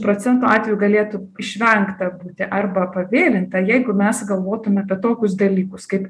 procentų atvejų galėtų išvengta būti arba pavėlinta jeigu mes galvotume apie tokius dalykus kaip